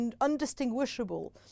undistinguishable